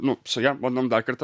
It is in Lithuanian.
nu su ja bandom dar kartą